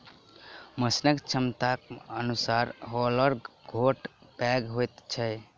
मशीनक क्षमताक अनुसार हौलर छोट पैघ होइत छै